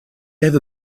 gave